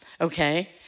Okay